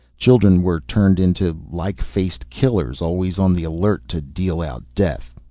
children were turned into like-faced killers, always on the alert to deal out death.